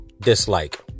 dislike